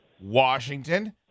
Washington